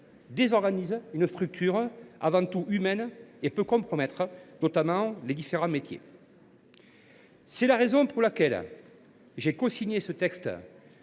désorganise une structure avant tout humaine et peut compromettre momentanément les métiers de ces entreprises. C’est la raison pour laquelle j’ai cosigné ce texte